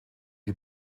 die